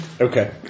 Okay